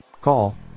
Call